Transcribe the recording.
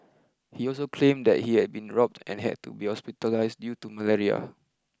he also claimed that he had been robbed and had to be hospitalised due to malaria